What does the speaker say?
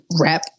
wrap